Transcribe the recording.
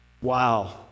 Wow